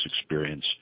experience